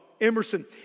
Emerson